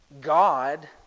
God